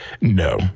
No